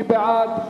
מי בעד?